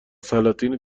سلاطین